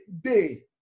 day